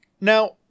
Now